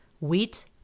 wheat